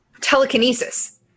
telekinesis